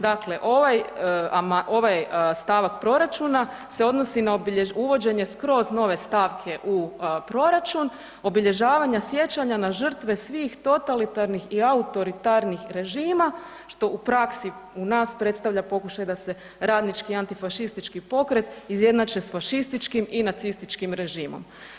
Dakle, ovaj stavak proračuna se odnosi na uvođenje skroz nove stavke u proračun, obilježavanja sjećanja na žrtve svih totalitarnih i autoritarnih režima što u praksi u nas predstavlja pokušaj da se radnički antifašistički pokret izjednače sa fašističkim i nacističkim režimom.